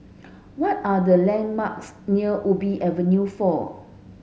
what are the landmarks near Ubi Avenue four